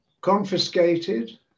confiscated